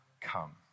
come